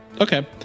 Okay